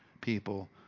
people